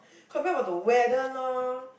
complain about the weather lor